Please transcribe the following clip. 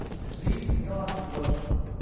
cause he's the god that loves me.